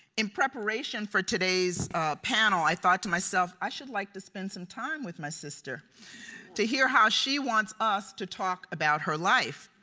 in preparation for today's panel, i thought to myself, i should like to spend some time with my sister to hear how she wants us to talk about her life.